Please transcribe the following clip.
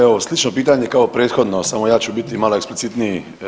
Evo slično pitanje kao prethodno, samo ja ću biti malo eksplicitniji.